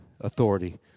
authority